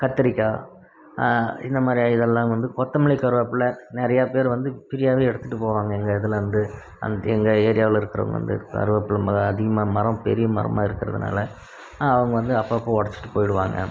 கத்திரிக்காய் இந்த மாதிரி இதெல்லாம் வந்து கொத்தமல்லி கருவேப்பில்லை நிறையா பேர் வந்து ஃபிரீயாகவே எடுத்துகிட்டு போவாங்க எங்கள் இதிலேந்து அந்த எங்கள் ஏரியாவில் இருக்கிறவங்க வந்து கருவேப்பில்லை மரம் அதிகமாக மரம் பெரிய மரமாக இருக்கிறதுனால அவங்க வந்து அப்பப்போ உடச்சிட்டு போய்டுவாங்க